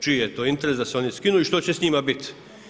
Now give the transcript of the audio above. Čiji je to interes da se oni skinu i što će s njima biti?